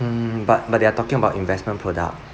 mm but but they are talking about investment product